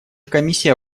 комиссия